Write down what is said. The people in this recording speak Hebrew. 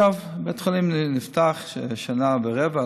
בית החולים נפתח לפני שנה ורבע,